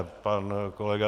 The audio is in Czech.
Pan kolega